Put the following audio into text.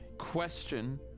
question